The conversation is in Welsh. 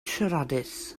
siaradus